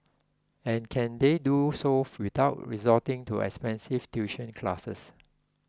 and can they do so without resorting to expensive tuition classes